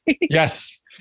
yes